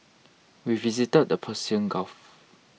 we visited the Persian Gulf